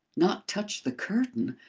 not touch the curtain!